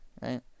right